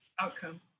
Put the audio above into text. outcome